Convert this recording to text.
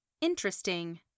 Interesting